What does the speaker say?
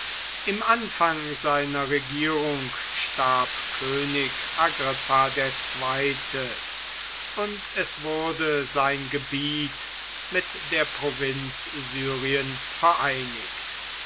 im anfang seiner regierung starb könig agrippa ii und es wurde sein gebiet mit der provinz syrien vereinigt